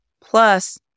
plus